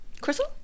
Crystal